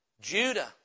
Judah